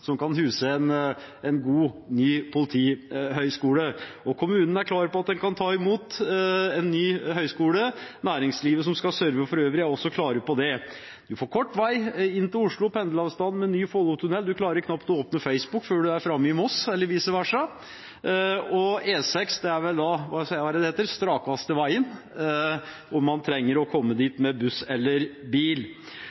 som kan huse en god, ny politihøgskole. Kommunen er klar på at den kan ta imot en ny høgskole. Næringslivet som skal sørve for øvrig, er også klare på det. Man får kort vei inn til Oslo med pendleravstanden med ny Follotunnel – man klarer knapt å åpne Facebook før man er framme i Moss, og vice versa. Og E6 er vel – hva er det det heter – «den strakast vei’n», om man trenger å komme